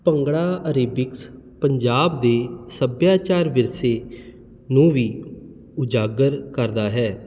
bhangra aerobics Punjab ਦੇ ਸੱਭਿਆਚਾਰ ਵਿਰਸੇ ਨੂੰ ਵੀ ਉਜਾਗਰ ਕਰਦਾ ਹੈ